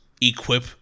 equip